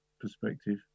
perspective